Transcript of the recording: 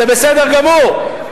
זה בסדר גמור,